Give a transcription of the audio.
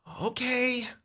Okay